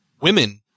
women